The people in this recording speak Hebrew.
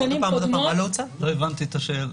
לא הבנתי.